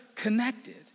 connected